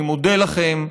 אני מודה לכם.